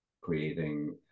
creating